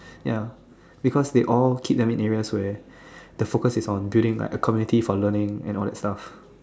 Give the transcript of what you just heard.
ya because they all keep their main areas where the focus is on building like community for learning and all that stuff